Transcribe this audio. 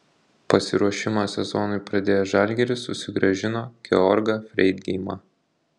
pasiruošimą sezonui pradėjęs žalgiris susigrąžino georgą freidgeimą